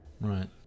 Right